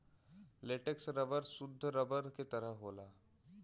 latex rubber सुद्ध rubber के तरह होला